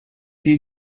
you